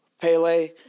pele